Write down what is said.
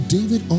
David